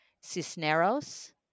Cisneros